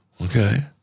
Okay